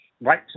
right